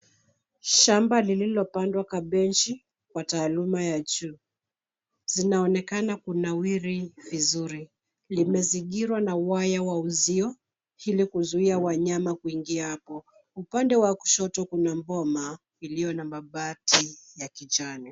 Shamba lililopandwa kabeji kwa taaluma ya juu. Zinaonekana kunawiri vizuri. Limezingirwa na waya wa uuzio ili kuzuia wanyama kuingia hapo. Upande wa kushoto kuna boma iliyo na mabati ya kijani.